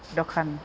दखान